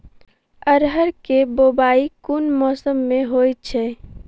अरहर केँ बोवायी केँ मौसम मे होइ छैय?